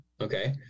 Okay